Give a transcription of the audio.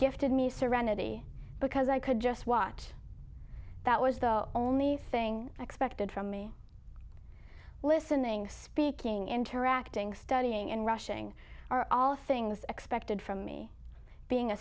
gifted me serenity because i could just watch that was the only thing expected from me listening speaking interacting studying and rushing are all things expected from me being a